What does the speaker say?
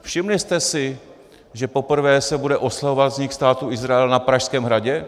Všimli jste si, že poprvé se bude oslavovat vznik Státu Izrael na Pražském hradě?